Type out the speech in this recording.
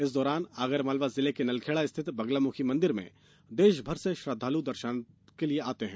इस दौरान आगरमालवा जिले के नलखेड़ा स्थित बगलामुखी मंदिर में देषभर से श्रद्धालु दर्षनार्थी आते हैं